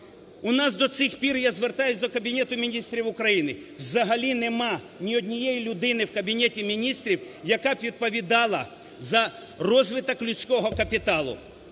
У нас до сих пір, – я звертаюсь до Кабінету Міністрів України, – взагалі нема ні однієї людини в Кабінеті Міністрів, яка б відповідала за розвиток людського капіталу.